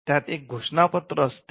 त्यात एक घोषणा पत्र असते